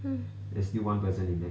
mm